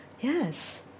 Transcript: Yes